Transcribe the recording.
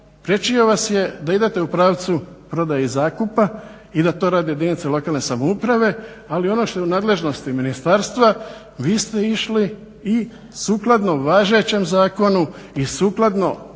priječio vas je da idete u pravcu prodaje i zakupa i da to rade jedinice lokalne samouprave ali ono što je u nadležnosti ministarstva vi ste išli i sukladno važećem zakonu i sukladno važećim